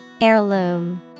Heirloom